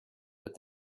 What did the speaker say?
but